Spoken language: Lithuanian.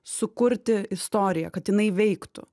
sukurti istoriją kad jinai veiktų